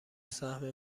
سهم